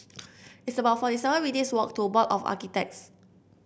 it's about forty seven minutes' walk to Board of Architects